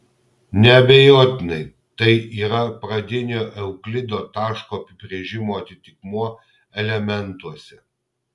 neabejotinai tai ir yra pradinio euklido taško apibrėžimo atitikmuo elementuose